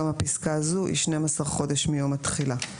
גם הפסקה הזו היא 12 חודשים מיום התחילה.